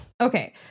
Okay